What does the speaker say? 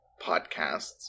podcasts